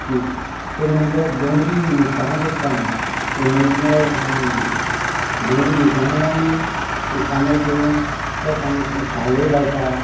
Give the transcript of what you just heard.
पीक तेज नंतर डोंगरी मिरसांग रोयता आमी म्हळ्या डोंगरी मिरसांग आमी कामत करून तेक आमी सावळ घालता